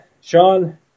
sean